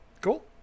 Cool